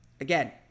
Again